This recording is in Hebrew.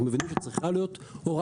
אנחנו מבינים שצריכה להיות הוראה,